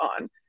on